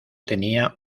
tenía